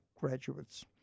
graduates